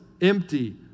empty